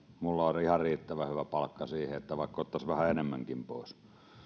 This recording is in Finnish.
minulla on on ihan riittävän hyvä palkka siihen vaikka ottaisi vähän enemmänkin pois